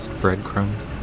breadcrumbs